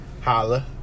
holla